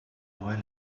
while